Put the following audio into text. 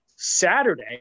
Saturday